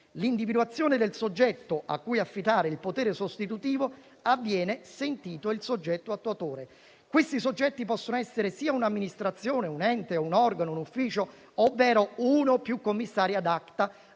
L'individuazione del soggetto a cui affidare il potere sostitutivo avviene sentito il soggetto attuatore. Questi soggetti possono essere un'amministrazione, un ente o un organo, un ufficio, ovvero uno o più commissari *ad acta*